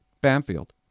Bamfield